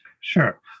Sure